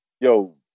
yo